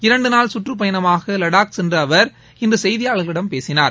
இரண்டு நாள் சுற்றுப் பயணமாக லடாக் சென்ற அவர் இன்று செய்தியாளர்களிடம் பேசினார்